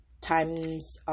times